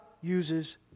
uses